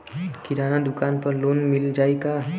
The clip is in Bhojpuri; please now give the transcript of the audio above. किराना दुकान पर लोन मिल जाई का?